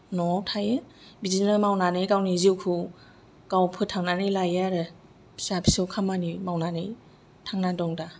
न'आव थायो बिदिनो मावनानै गावनि जिउखौ गाव फोथांनानै लायो आरो फिसा फिसौ खामानि मावनानै थांनानै दं दा